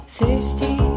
thirsty